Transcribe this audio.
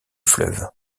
fleuve